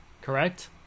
Correct